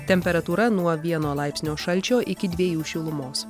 temperatūra nuo vieno laipsnio šalčio iki dviejų šilumos